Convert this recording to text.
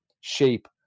shape